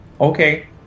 okay